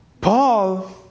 Paul